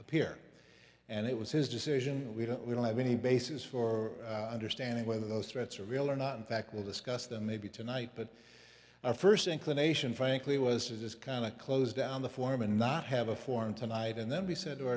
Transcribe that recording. appear and it was his decision we don't we don't have any basis for understanding whether those threats are real or not in fact we'll discuss them maybe tonight but our first inclination frankly was is this kind of closed down the form and not have a forum tonight and then he said